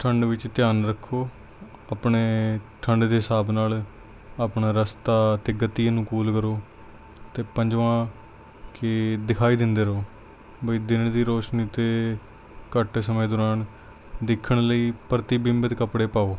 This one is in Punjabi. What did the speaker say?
ਠੰਢ ਵਿੱਚ ਧਿਆਨ ਰੱਖੋ ਆਪਣੇ ਠੰਢ ਦੇ ਹਿਸਾਬ ਨਾਲ ਆਪਣਾ ਰਸਤਾ ਅਤੇ ਗਤੀ ਅਨੁਕੂਲ ਕਰੋ ਅਤੇ ਪੰਜਵਾਂ ਕਿ ਦਿਖਾਈ ਦਿੰਦੇ ਰਹੋ ਬਈ ਦਿਨ ਦੀ ਰੋਸ਼ਨੀ ਅਤੇ ਘੱਟ ਸਮੇਂ ਦੌਰਾਨ ਦੇਖਣ ਲਈ ਪ੍ਰਤੀਬਿੰਬਤ ਕੱਪੜੇ ਪਾਓ